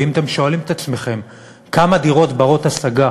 ואם אתם שואלים את עצמכם כמה דירות בנות-השגה